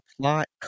plot